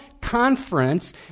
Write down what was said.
conference